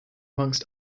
amongst